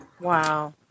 Wow